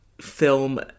film